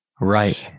Right